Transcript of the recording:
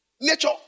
Nature